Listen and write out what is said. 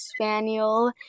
Spaniel